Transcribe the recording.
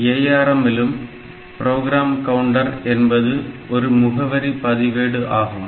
ARM இலும் program counter என்பது ஒரு முகவரி பதிவேடு ஆகும்